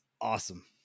awesome